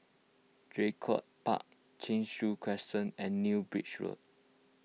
Draycott Park Cheng Soon Crescent and New Bridge Road